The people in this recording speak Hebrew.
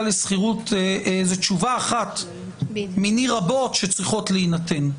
לשכירות זאת תשובה אחת מיני רבות שצריכות להינתן.